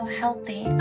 healthy